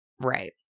Right